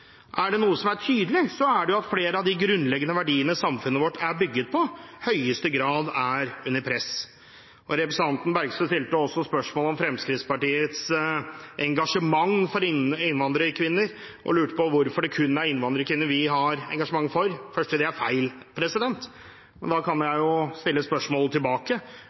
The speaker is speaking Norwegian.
Er det noe som er tydelig, er det jo at flere av de grunnleggende verdiene samfunnet vårt er bygget på, i høyeste grad er under press. Representanten Bergstø stilte også spørsmål om Fremskrittspartiets engasjement for innvandrerkvinner, og lurte på hvorfor det kun er innvandrerkvinner vi har engasjement for. Det er for det første feil, men da kan jeg jo stille spørsmålet tilbake.